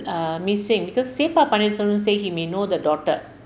err missing because se pa pannerselvam say he may know the daughter